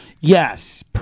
Yes